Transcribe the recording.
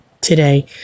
today